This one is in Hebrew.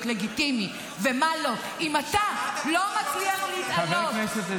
לגיטימי ומה לא -- שמעת על פרדוקס הסובלנות?